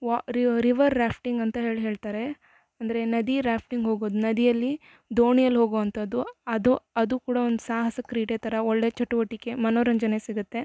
ವಾ river rafting ಅಂತ ಹೇಳಿ ಹೇಳ್ತಾರೆ ಅಂದರೆ ನದಿ ರಾಫ್ಟಿಂಗ್ ಹೋಗೋದು ನದಿಯಲ್ಲಿ ದೋಣಿಯಲ್ಲಿ ಹೋಗುವಂಥದ್ದು ಅದು ಅದು ಕೂಡ ಒಂದು ಸಾಹಸ ಕ್ರೀಡೆ ಥರ ಒಳ್ಳೆಯ ಚಟುವಟಿಕೆ ಮನೋರಂಜನೆ ಸಿಗುತ್ತೆ